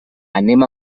anem